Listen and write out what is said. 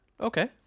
Okay